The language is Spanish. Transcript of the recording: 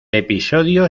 episodio